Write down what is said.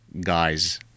guys